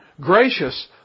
Gracious